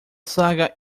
saga